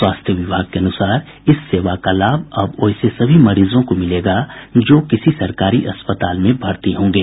स्वास्थ्य विभाग के अनुसार इस सेवा का लाभ अब वैसे सभी मरीजों को मिलेगा जो किसी सरकारी अस्पताल में भर्ती होंगे